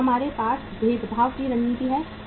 फिर हमारे पास भेदभाव की रणनीति है